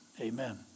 Amen